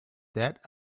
that